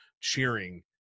cheering